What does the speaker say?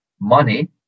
money